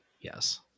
yes